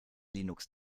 linux